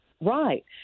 Right